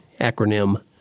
acronym